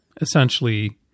essentially